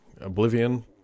oblivion